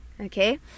okay